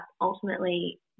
ultimately